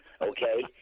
okay